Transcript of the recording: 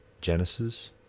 Genesis